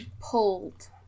pulled